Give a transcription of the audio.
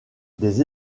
des